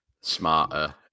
smarter